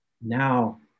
now